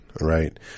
right